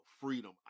freedom